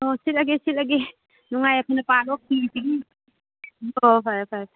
ꯍꯣ ꯁꯤꯠꯂꯒꯦ ꯁꯤꯠꯂꯒꯦ ꯅꯨꯡꯉꯥꯏ ꯌꯥꯏꯐꯅ ꯄꯥꯜꯂꯣ ꯐꯤ ꯑꯣ ꯐꯔꯦ ꯐꯔꯦ